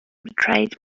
betrayed